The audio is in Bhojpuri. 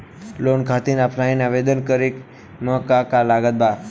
लोन खातिर ऑफलाइन आवेदन करे म का का लागत बा?